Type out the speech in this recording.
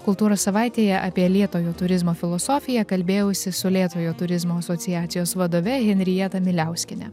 kultūros savaitėje apie lėtojo turizmo filosofiją kalbėjausi su lėtojo turizmo asociacijos vadove henrieta miliauskiene